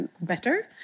better